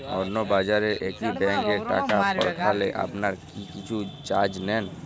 অন্য রাজ্যের একি ব্যাংক এ টাকা পাঠালে আপনারা কী কিছু চার্জ নেন?